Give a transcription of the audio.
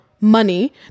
money